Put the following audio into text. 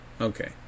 Okay